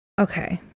Okay